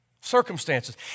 circumstances